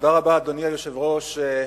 אדוני היושב-ראש,